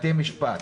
בתי משפט,